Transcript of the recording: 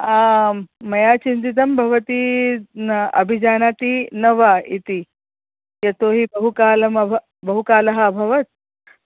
आं मया चिन्तितं भवती न अभिजानाति न वा इति यतो हि बहुकालः अभ बहुकालः अभवत्